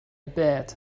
bet